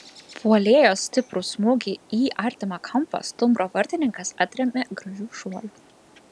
puolėjo stiprų smūgį į artimą kampą stumbro vartininkas atrėmė gražiu šuoliu